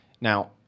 Now